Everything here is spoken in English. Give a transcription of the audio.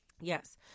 Yes